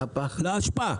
לאשפה.